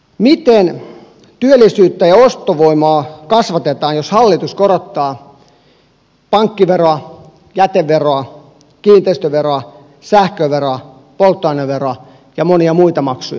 miten työllisyyttä ja ostovoimaa kasvatetaan jos hallitus korottaa pankkiveroa jäteveroa kiinteistöveroa sähköveroa polttoaineveroa ja monia muita maksuja